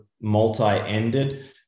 multi-ended